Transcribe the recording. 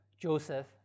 Joseph